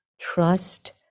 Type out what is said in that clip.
Trust